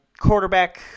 quarterback